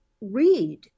read